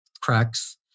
cracks